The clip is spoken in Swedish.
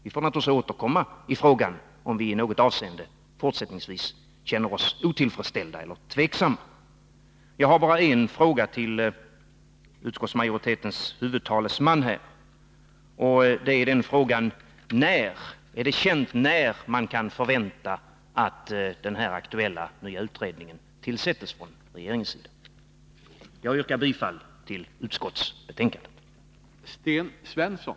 Vi får naturligtvis återkomma i frågan, om vi i något avseende fortsättningsvis känner oss otillfredsställda eller tveksamma. Jag har bara en fråga till utskottsmajoritetens huvudtalesman: Är det känt när man kan förvänta att den aktuella utredningen tillsätts av regeringen? Jag yrkar bifall till utskottets hemställan.